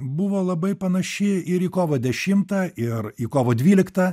buvo labai panaši ir į kovą dešimtą ir į kovo dvyliktą